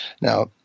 Now